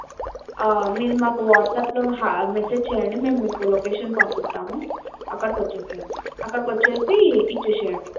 మీరు మాకు వాట్సాప్లో హాయ్ మెసేజ్ చెయ్యండి మేము లొకేషన్ పంపిస్తాము అక్కడకి వచ్చెయ్యండి అక్కడకి వచ్చి ఇచ్చేయండి